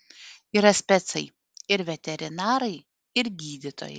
yra specai ir veterinarai ir gydytojai